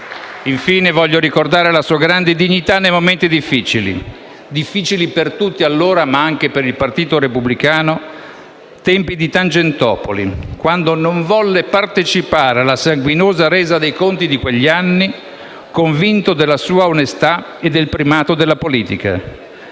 Infine, voglio ricordare la sua grande dignità nei momenti difficili (difficili per tutti allora, anche per il Partito Repubblicano), ai tempi di Tangentopoli, quando non volle partecipare alla sanguinosa resa dei conti di quegli anni, convinto della sua onestà e del primato della politica.